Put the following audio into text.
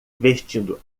vestindo